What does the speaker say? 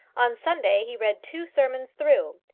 on sunday he read two sermons through,